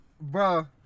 Bro